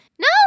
no